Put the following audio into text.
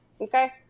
okay